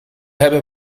hebben